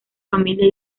familia